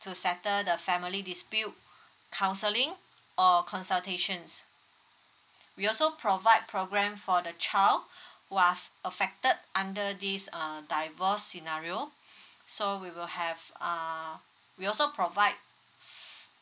to settle the family dispute counselling or consultations we also provide programme for the child who are affected under this err divorce scenario so we will have err we also provide